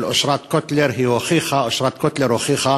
של אושרת קוטלר, אושרת קוטלר הוכיחה